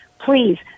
Please